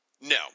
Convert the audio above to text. No